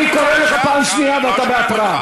אני קורא אותך פעם שנייה ואתה בהתראה.